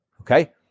Okay